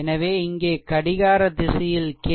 எனவே இங்கே கடிகார திசையில் கே